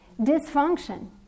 dysfunction